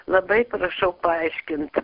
labai prašau paaiškint